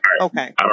Okay